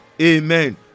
amen